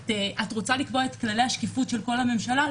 את רוצה לקבוע את כללי השקיפות של כל הממשלה?